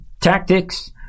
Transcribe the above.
tactics